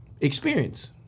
experience